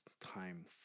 time